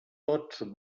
tots